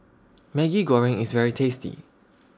Maggi Goreng IS very tasty